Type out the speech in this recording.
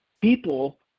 people